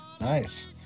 nice